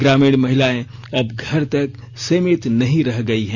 ग्रामीण महिलाएं अब घर तक सीमित नहीं रह गई हैं